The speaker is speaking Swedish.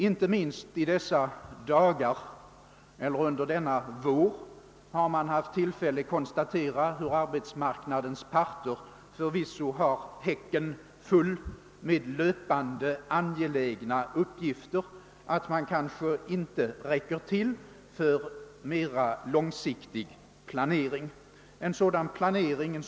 Inte minst under denna vår har man kunnat konstatera hur arbetsmarknadens parter förvisso »har häcken full» med löpande angelägna uppgifter, varför man kanske inte alltid har möjligheter för mera långsiktiga överväganden.